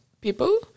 people